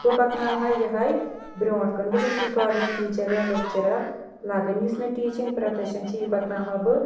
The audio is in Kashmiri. بہٕ پکناو ہا یِہے برٛونٛٹھ کُن بہٕ گٔژھس گورمینٹ ٹیٖچر یا لیٚکچرر لگٕنۍ یُس مےٚ ٹیٖچنٛگ پروفیشن چھ یہِ پکناو ہا بہٕ